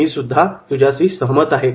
मी सुद्धा तुझ्याशी सहमत आहे